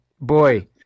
Boy